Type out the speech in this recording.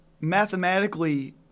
mathematically